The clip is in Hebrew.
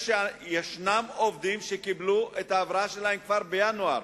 שיש עובדים שקיבלו את ההבראה שלהם כבר בינואר.